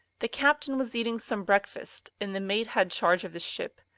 the captain was eatii some breakfialst, and the mate had charge of the ship.